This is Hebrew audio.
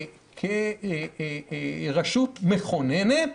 כרשות מכוננת,